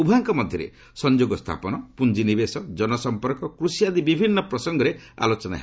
ଉଭୟଙ୍କ ମଧ୍ୟରେ ସଂଯୋଗ ସ୍ଥାପନ ପୁଞ୍ଜି ନିବେଶ ଜନସଂପର୍କ ଓ କୃଷି ଆଦି ବିଭିନ୍ନ ପ୍ରସଙ୍ଗରେ ଆଲୋଚନା ହେବ